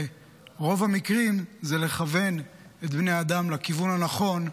ברוב המקרים, זה לכוון את בני האדם לכיוון הנכון,